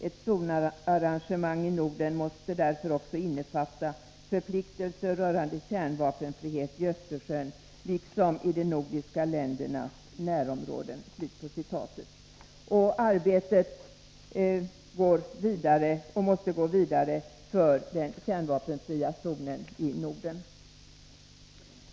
Ett zonarrangemang i Norden måste därför också innefatta förpliktelser rörande kärnvapenfrihet i Östersjön liksom i de nordiska ländernas närområde.” Arbetet måste gå vidare för den kärnvapenfria zonen i Norden.